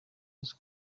uzi